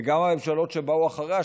וגם הממשלות שבאו אחריה,